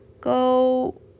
go